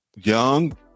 young